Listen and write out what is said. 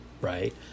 Right